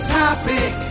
topic